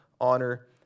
honor